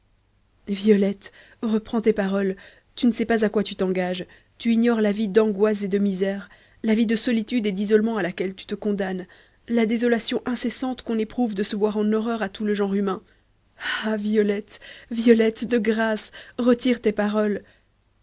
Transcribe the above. violette reprends tes paroles tu ne sais pas à quoi tu t'engages tu ignores la vie d'angoisses et de misère la vie de solitude et d'isolement à laquelle tu te condamnes la désolation incessante qu'on éprouve de se voir en horreur à tout le genre humain ah violette violette de grâce retire tes paroles